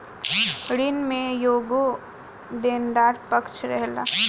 ऋण में एगो देनदार पक्ष रहेलन